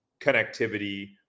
connectivity